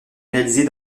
réalisée